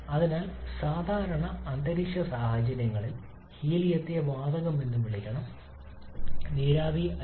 അതിനാൽ സാധാരണ അന്തരീക്ഷ സാഹചര്യങ്ങളിൽ ഹീലിയത്തെ വാതകം എന്ന് വിളിക്കണം നീരാവി അല്ല